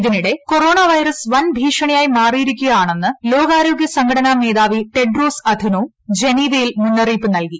ഇതിനിടെ corona virus വൻ ഭീഷണിയായി മാറിയിരിക്കുകയാണെന്നു ലോകാരോഗൃ സംഘടനാ മേധാവി ടെഡ്രോസ് അധനോം ജനീവയിൽ മുന്നറിയിപ്പു നൽകി